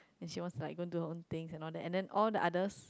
and she wants to like go and do her own thing and all that and then all the others